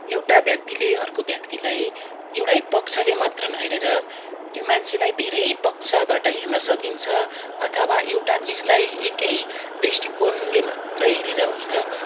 एउटा व्यक्तिले अर्को व्यक्तिलाई एउटै पक्षले मात्र नहेरेर त्यो मान्छेलाई धेरै पक्षबाट हेर्न सकिन्छ अथवा एउटा चिजलाई एकै दृष्टिकोणले मात्रै हेरेर होइन